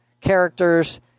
characters